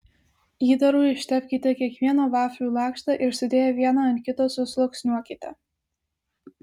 įdaru ištepkite kiekvieną vaflių lakštą ir sudėję vieną ant kito susluoksniuokite